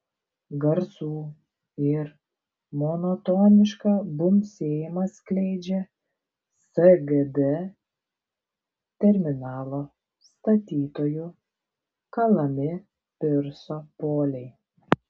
garsų ir monotonišką bumbsėjimą skleidžia sgd terminalo statytojų kalami pirso poliai